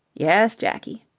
yes, jakie?